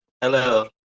Hello